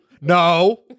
no